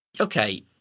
Okay